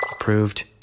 Approved